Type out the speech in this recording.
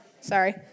Sorry